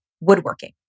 woodworking